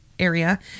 Area